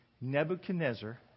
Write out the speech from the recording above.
Nebuchadnezzar